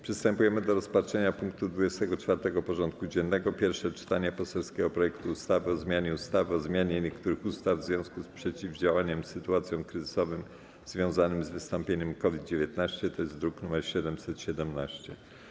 Przystępujemy do rozpatrzenia punktu 24. porządku dziennego: Pierwsze czytanie poselskiego projektu ustawy o zmianie ustawy o zmianie niektórych ustaw w związku z przeciwdziałaniem sytuacjom kryzysowym związanym z wystąpieniem COVID-19 (druk nr 717)